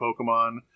Pokemon